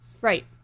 Right